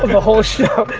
the whole show.